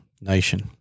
nation